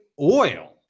oil